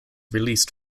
released